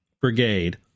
Brigade